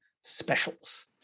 specials